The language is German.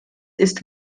ist